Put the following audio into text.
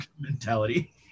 mentality